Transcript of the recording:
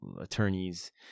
attorneys